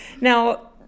Now